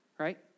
right